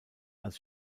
als